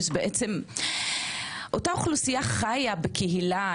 אותה אוכלוסייה חיה בקהילה,